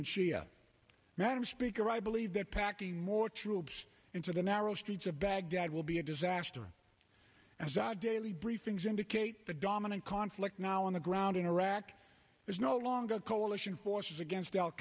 and shia madam speaker i believe that packing more troops into the narrow streets of baghdad will be a disaster as i daily briefings indicate the dominant conflict now on the ground in iraq is no longer coalition forces against al